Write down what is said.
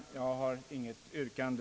Jag har inte något yrkande.